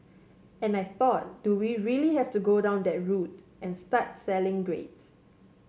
and I thought do we really have to go down that route and start selling grades